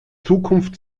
zukunft